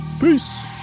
peace